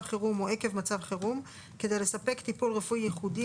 חירום או עקב מצב חירום כדי לספק טיפול רפואי ייחודי,